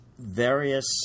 Various